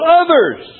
others